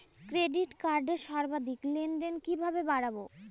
Credit কার্ডের সর্বাধিক লেনদেন কিভাবে বাড়াবো?